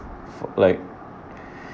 f~ like